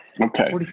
Okay